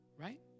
right